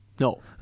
No